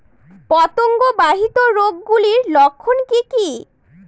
পতঙ্গ বাহিত রোগ গুলির লক্ষণ কি কি?